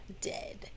dead